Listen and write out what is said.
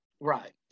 right